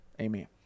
Amen